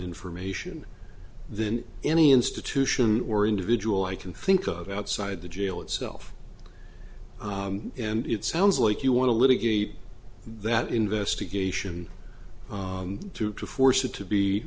information than any institution or individual i can think of outside the jail itself and it sounds like you want to litigate that investigation to to force it to be